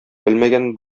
белмәгән